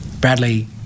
Bradley